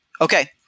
Okay